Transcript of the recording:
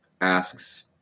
asks